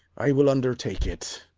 i will undertake it.